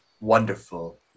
wonderful